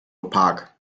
opak